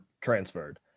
transferred